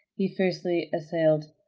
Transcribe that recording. he fiercely assailed.